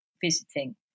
visiting